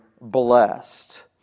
blessed